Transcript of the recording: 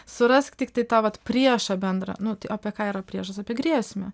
surask tiktai tą vat priešą bendrą nu tai apie ką yra priešas apie grėsmę